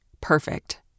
perfect